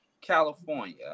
California